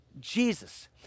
Jesus